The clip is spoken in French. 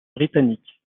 britannique